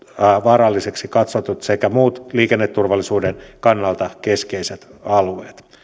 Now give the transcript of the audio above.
vaarallisiksi katsotut sekä muut liikenneturvallisuuden kannalta keskeiset alueet